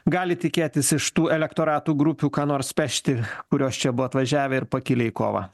gali tikėtis iš tų elektoratų grupių ką nors pešti kurios čia buvo atvažiavę ir pakilę į kovą